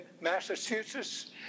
Massachusetts